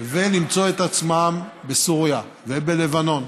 ולמצוא את עצמם בסוריה ובלבנון?